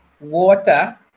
water